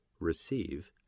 receive